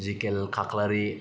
Ezekiel Khakhlari